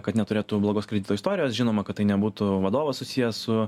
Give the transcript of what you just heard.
kad neturėtų blogos kredito istorijos žinoma kad tai nebūtų vadovas susijęs su